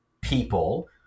people